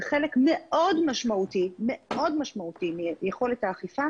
זה חלק מאוד משמעותי מיכולת האכיפה,